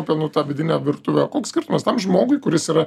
apie nu tą vidinę virtuvę koks skirtumas tam žmogui kuris yra